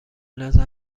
نظر